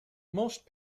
most